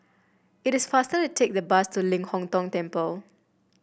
it is faster to take the bus to Ling Hong Tong Temple